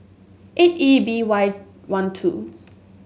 eight E B Y one two